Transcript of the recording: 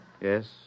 Yes